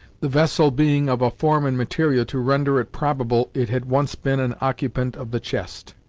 the vessel being of a form and material to render it probable it had once been an occupant of the chest.